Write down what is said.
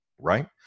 right